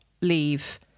leave